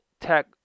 tech